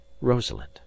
rosalind